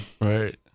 Right